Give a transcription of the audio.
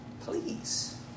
please